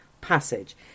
Passage